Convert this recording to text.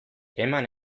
eman